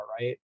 right